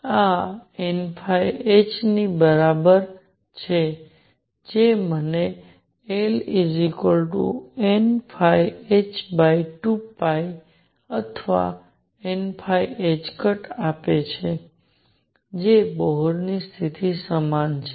આ nh ની બરાબર છે જે મને L nϕh2 અથવા n આપે છે જે બોહરની સ્થિતિ સમાન છે